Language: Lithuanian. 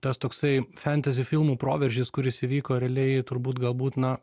tas toksai fantasy filmų proveržis kuris įvyko realiai turbūt galbūt na